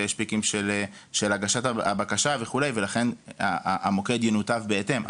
יש פיקים של בקשת הבקשה וכו' ולכן המוקד ינותב בהתאם.